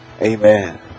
Amen